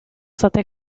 state